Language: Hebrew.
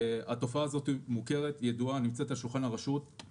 התופעה הזאת מוכרת, ידועה ונמצאת על שולחן הרשות.